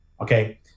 okay